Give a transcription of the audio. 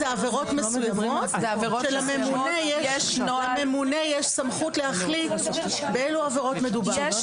זה עבירות מסוימות שלממונה יש סמכות להחליט באילו עבירות מדובר.